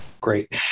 Great